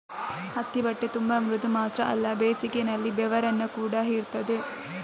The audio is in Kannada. ಹತ್ತಿ ಬಟ್ಟೆ ತುಂಬಾ ಮೃದು ಮಾತ್ರ ಅಲ್ಲ ಬೇಸಿಗೆನಲ್ಲಿ ಬೆವರನ್ನ ಕೂಡಾ ಹೀರ್ತದೆ